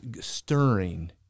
stirring